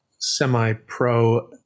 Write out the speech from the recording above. semi-pro